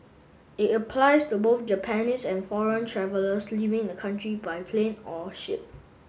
it applies to both Japanese and foreign travellers leaving the country by plane or ship